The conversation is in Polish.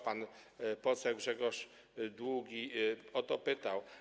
Pan poseł Grzegorz Długi o to pytał.